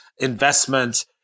investment